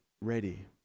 ready